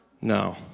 No